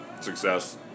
Success